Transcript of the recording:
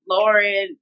Lauren